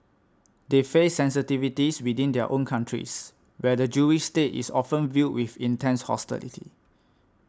they face sensitivities within their own countries where the Jewish state is often viewed with intense hostility